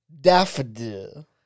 Daffodil